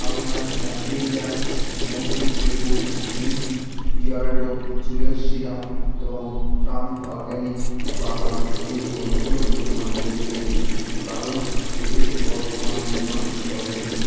আপনার অ্যাম্পেরিয়া মধু লেবু গ্রিন টি বিয়ার্ডো চুলের সিরাম এবং টান অরগ্যানিক বাদাম এই পণ্যগুলোর পরিমাণ বদলে দিন কারণ এদের বর্তমান পরিমাণ স্টকে নেই